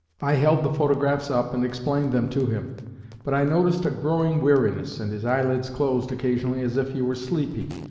i held the photographs up and explained them to him but i noticed a growing weariness, and his eyelids closed occasionally as if he were sleepy,